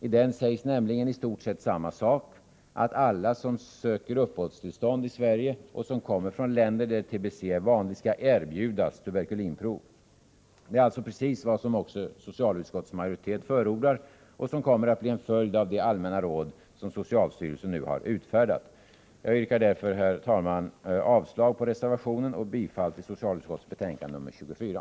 I den sägs nämligen i stort sett samma sak — att alla som söker uppehållstillstånd i Sverige och som kommer från länder där TBC är vanlig skall erbjudas tuberkulinprov. Det är alltså precis vad också socialutskottets majoritet förordar och vad som kommer att bli en följd av de allmänna råd som socialstyrelsen nu har utfärdat. Jag yrkar därför, herr talman, avslag på reservationen och bifall till hemställan i socialutskottets betänkande nr 24.